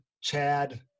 Chad